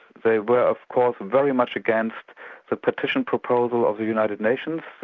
they were of course very much against the petition proposal of the united nations,